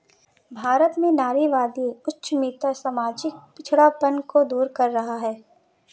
भारत में नारीवादी उद्यमिता सामाजिक पिछड़ापन को दूर कर रहा है